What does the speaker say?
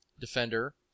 Defender